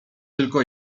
tylko